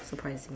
surprising